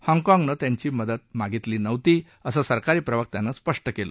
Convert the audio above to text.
हाँगकाँगनं त्यांची मदत मागितली नव्हती असं सरकारी प्रवक्त्यानं स्पष्ट केलं